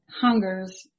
hungers